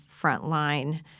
frontline